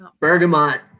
bergamot